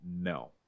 no